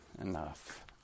enough